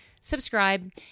subscribe